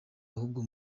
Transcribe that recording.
ahubwo